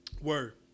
Word